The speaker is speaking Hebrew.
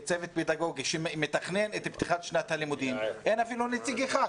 הפדגוגי שמתכנן את פתיחת שנת הלימודים אין אפילו נציג אחד.